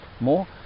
more